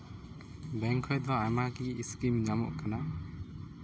bank ᱠᱷᱚᱡ ᱫᱚ ᱟᱭᱢᱟᱜᱮ ᱤᱥᱠᱤᱢ ᱧᱟᱢᱚᱜ ᱠᱟᱱᱟ